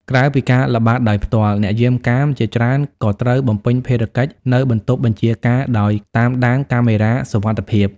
ក្រៅពីការល្បាតដោយផ្ទាល់ អ្នកយាមកាមជាច្រើនក៏ត្រូវបំពេញភារកិច្ចនៅ បន្ទប់បញ្ជាការ ដោយ តាមដានកាមេរ៉ាសុវត្ថិភាព។